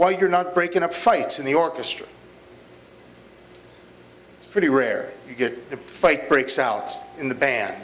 why you're not breaking up fights in the orchestra pretty rare you get a fight breaks out in the band